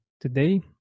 Today